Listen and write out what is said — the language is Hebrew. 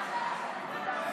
לך.